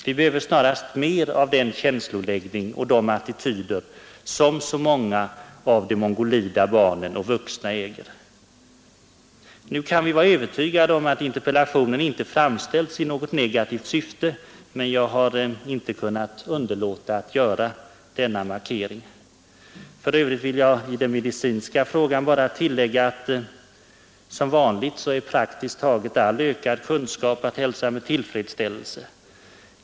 Vi behöver snarast mer av den känsloläggning och de attityder som så många av de mongoloida barnen och vuxna äger. Nu kan vi vara övertygade om att interpellationen inte framställts i något negativt syfte, men jag har funnit det angeläget för balansens skull att göra dessa konstateranden. För övrigt vill jag i den medicinska frågan bara tillägga att som vanligt är praktiskt taget all ökad kunskap att hälsa med tillfredsställelse.